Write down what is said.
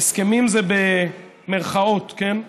הסכמים זה במירכאות, כן?